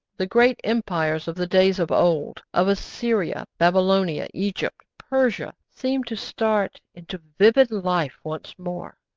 the great empires of the days of old, of assyria, babylonia, egypt, persia, seem to start into vivid life once more.